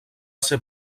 ser